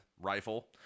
rifle